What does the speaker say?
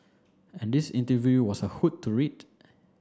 and this interview was a hoot to read